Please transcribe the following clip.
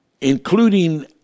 including